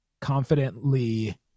confidently